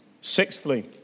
Sixthly